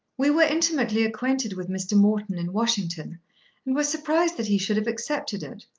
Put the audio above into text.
we were intimately acquainted with mr. morton in washington and were surprised that he should have accepted it.